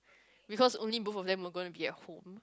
because only both of them were going to be at home